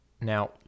now